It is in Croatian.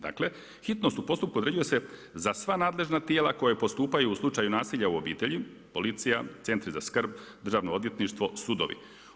Dakle, hitnost u postupku određuje se za sva nadležna tijela koja postupaju u slučaju nasilja u obitelji, policija, centri za skrb, državno odvjetništvo, sudovi.